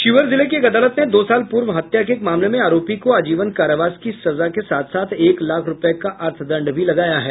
शिवहर जिले के एक अदालत ने दो साल पूर्व हत्या के एक मामले में आरोपी को आजीवन कारावास की सजा के साथ एक लाख रूपये का अर्थदंड भी लगाया है